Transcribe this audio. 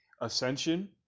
Ascension